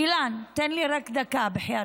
אילן, תן לי רק דקה, בחייאתכ,